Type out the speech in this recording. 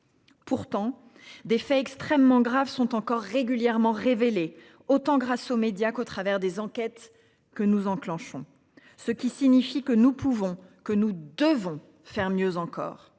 Pourtant des faits extrêmement graves sont encore régulièrement révélés autant grâce aux médias qu'au travers des enquêtes que nous enclenchant ce qui signifie que nous pouvons que nous devons faire mieux encore